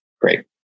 Great